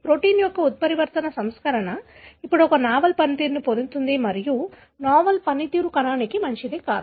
protein యొక్క ఉత్పరివర్తన సంస్కరణ ఇప్పుడు ఒక నావెల్ పనితీరును పొందుతుంది మరియు నావెల్ పనితీరు కణానికి మంచిది కాదు